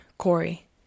Corey